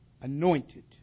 anointed